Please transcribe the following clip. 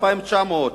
2,900,